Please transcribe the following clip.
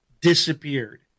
disappeared